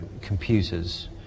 computers